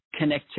connectivity